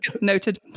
Noted